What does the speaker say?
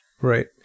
Right